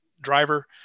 driver